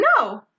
no